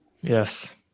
Yes